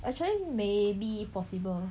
actually maybe possible